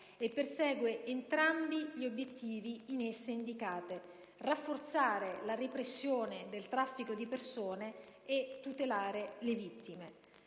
e persegue entrambi gli obiettivi in esse indicati: rafforzare la repressione del traffico di persone e tutelare le vittime.